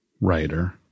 writer